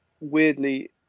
weirdly